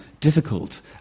difficult